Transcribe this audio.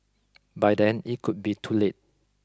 by then it could be too late